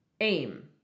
aim